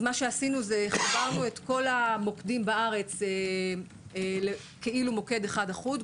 אז מה שעשינו זה חיברנו את כל המוקדים בארץ למעין מוקד אחד אחוד.